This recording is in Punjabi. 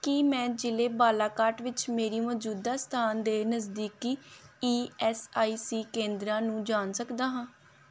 ਕੀ ਮੈਂ ਜ਼ਿਲ੍ਹੇ ਬਾਲਾਕਾਟ ਵਿੱਚ ਮੇਰੀ ਮੌਜੂਦਾ ਸਥਾਨ ਦੇ ਨਜ਼ਦੀਕੀ ਈ ਐਸ ਆਈ ਸੀ ਕੇਂਦਰਾਂ ਨੂੰ ਜਾਣ ਸਕਦਾ ਹਾਂ